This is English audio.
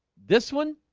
this one